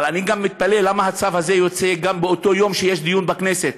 אבל אני גם מתפלא למה הצו הזה יוצא ביום שיש דיון בכנסת.